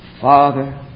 Father